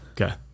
okay